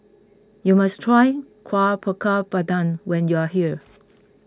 you must try Kueh Bakar Pandan when you are here